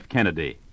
Kennedy